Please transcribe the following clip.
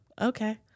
Okay